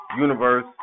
Universe